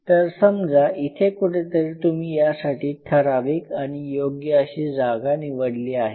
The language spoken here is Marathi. तर समजा इथे कुठेतरी तुम्ही यासाठी ठराविक आणि योग्य अशी जागा निवडली आहे